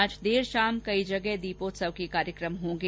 आज देर शाम कई जगह दीपोत्सव के कार्यक्रम होंगे